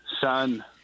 son